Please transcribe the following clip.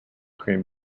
cream